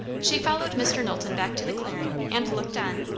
she followed mr. knowlton back to the clearing, and looked on,